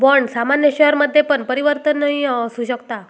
bond सामान्य शेयरमध्ये पण परिवर्तनीय असु शकता